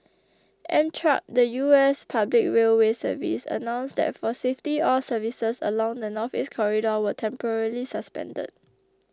Amtrak the U S public railway service announced that for safety all services along the Northeast Corridor were temporarily suspended